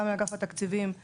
גם מאגף התקציבים,